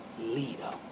Leader